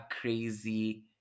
crazy